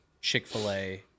Chick-fil-A